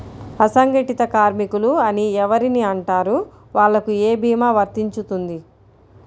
అసంగటిత కార్మికులు అని ఎవరిని అంటారు? వాళ్లకు ఏ భీమా వర్తించుతుంది?